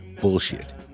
Bullshit